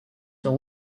sur